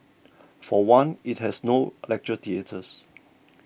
for one it has no lecture theatres